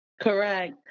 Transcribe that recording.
Correct